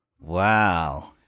Wow